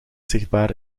zichtbaar